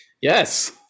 Yes